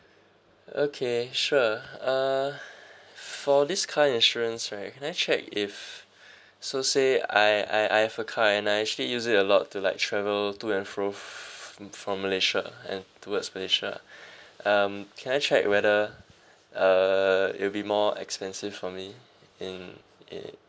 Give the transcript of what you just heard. okay sure err for this car insurance right can I check if so say I I I have a car and I actually use it a lot to like travel to and fro from malaysia and towards malaysia um can I check whether uh it will be more expensive for me in in